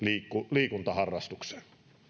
liikuntaharrastukseen